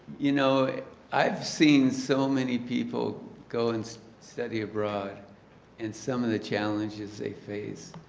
you know i have seen so many people go and study abroad and some of the challenges they face.